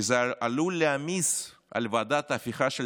כי זה עלול להעמיס על ועדת ההפיכה של